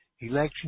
Election